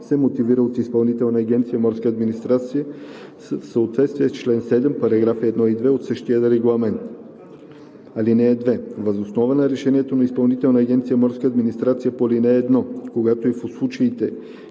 се мотивира от Изпълнителна агенция „Морска администрация“ в съответствие с чл. 7, параграфи 1 и 2 от същия регламент. (2) Въз основа на решението на Изпълнителна агенция „Морска администрация“ по ал. 1, както и в случаите